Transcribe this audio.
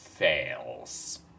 fails